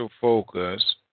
focus